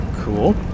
Cool